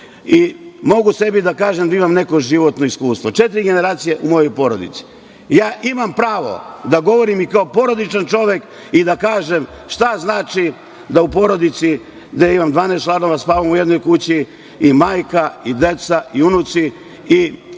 i mogu sebi da kažem da imam neko životno iskustvo. Četiri generacije u mojoj porodici i ja imam pravo da govorim i kao porodičan čovek i da kažem šta znači da u porodici, gde imam 12 članova, spavamo u jednoj kući i majka i deca i unuci i